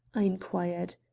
i inquired.